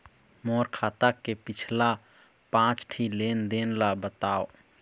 मोर खाता के पिछला पांच ठी लेन देन ला बताव?